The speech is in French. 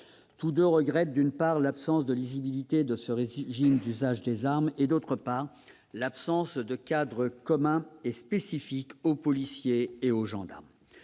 Tous deux regrettent, d'une part, l'absence de lisibilité de ce régime d'usage des armes et, d'autre part, l'absence de cadre commun et spécifique aux policiers et aux gendarmes.